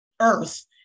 Earth